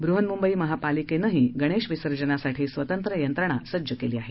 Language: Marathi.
बृहन्मुंबई महापालिकेनंही गणेश विसर्जनसाठी सर्व यंत्रणा सज्ज केली आहे